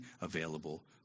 available